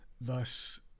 thus